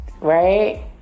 right